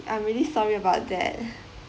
I'm really sorry about that